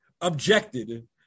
objected